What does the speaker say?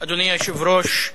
אדוני היושב-ראש,